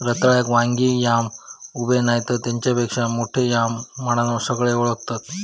रताळ्याक वांगी yam, ube नायतर तेच्यापेक्षा मोठो याम म्हणान सगळे ओळखतत